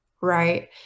right